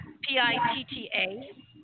P-I-T-T-A